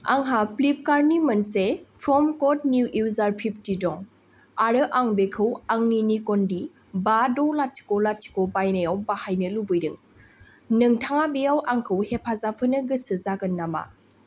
आंहा फ्लिपकार्टनि मोनसे प्रम कड निउ इउजार फिफथि दं आरो आं बेखौ आंनि निकन दि बा द' लाथिख' लाथिख' बायनायाव बाहायनो लुबैदों नोंथाङा बेयाव आंखौ हेफाजाब होनो गोसो जागोन नामा